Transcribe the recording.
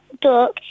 Duck